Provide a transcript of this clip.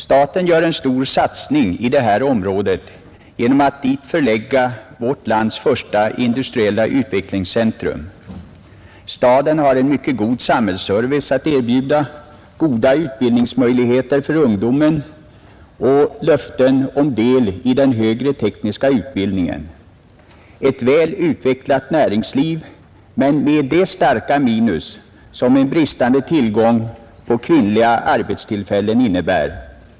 Staten gör en stor satsning i detta område genom att dit förlägga vårt lands första industriella utvecklingscentrum Staden har en mycket god samhällsservice att erbjuda, goda utvecklingsmöjligheter för ungdomen och löften om del i den högre tekniska utbildningen samt ett väl utvecklat näringsliv men med det starka minus som en bristande tillgång på kvinnliga arbetstillfällen innebär.